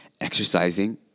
exercising